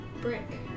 brick